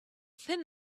thin